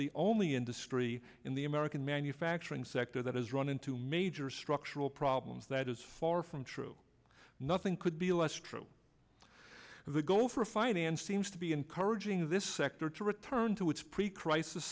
the only industry in the american manufacturing sector that has run into major structural problems that is far from true nothing could be less true as a goal for finance seems to be encouraging this sector to return to its pre crisis